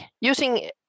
using